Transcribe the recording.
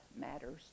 matters